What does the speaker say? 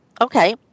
Okay